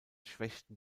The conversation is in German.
schwächten